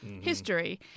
History